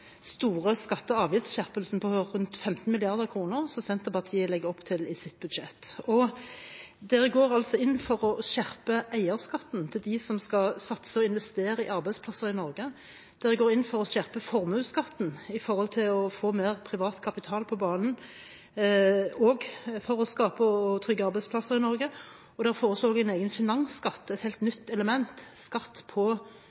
store skatte- og avgiftsskjerpelsen på rundt 15 mrd. kr som Senterpartiet legger opp til i sitt budsjett. Dere går altså inn for å skjerpe eierskatten til dem som skal satse og investere i arbeidsplasser i Norge. Dere går inn for å skjerpe formuesskatten for å få mer privat kapital på banen og for å skape og trygge arbeidsplasser i Norge, og dere foreslår en egen finansskatt – et helt nytt element – skatt på